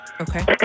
Okay